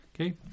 Okay